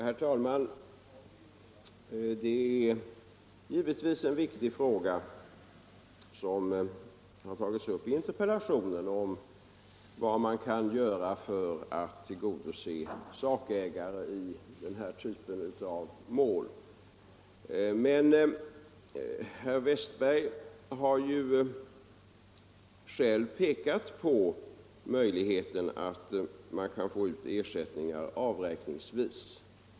Herr talman! Vad man kan göra för att tillgodose sakägare i den typ av mål som tagits upp i interpellationen är givetvis en viktig fråga. Herr Westberg i Ljusdal har själv pekat på möjligheten att få ut ersättning avräkningsvis.